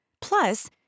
Plus